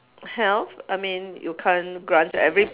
health I mean you can't grant every